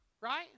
right